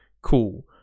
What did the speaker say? cool